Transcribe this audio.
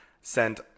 sent